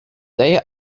they